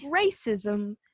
Racism